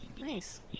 Nice